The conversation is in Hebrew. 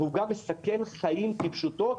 והוא גם מסכן חיים כפשוטו.